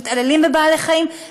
שמתעללים בבעלי-חיים,